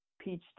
peach